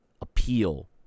appeal